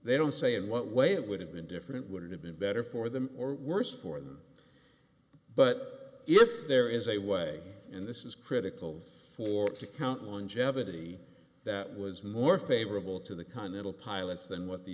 they don't say in what way it would have been different would it have been better for them or worse for them but if there is a way in this is critical for to count longevity that was more favorable to the continental pilots than what the